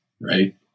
right